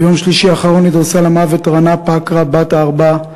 ביום שלישי האחרון נדרסה למוות רנא פוקרא בת הארבע,